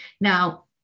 Now